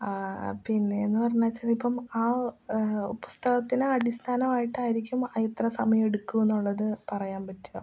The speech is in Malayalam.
പിന്നെയെന്നു പറഞ്ഞയച്ചാലിപ്പം ആ പുസ്തകത്തിന് അടിസ്ഥനമായിട്ടായിരിക്കും എത്ര സമയം എടുക്കുമെന്നുള്ളത് പറയാൻ പറ്റുക